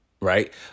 right